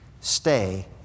stay